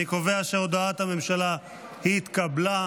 אני קובע שהודעת הממשלה התקבלה.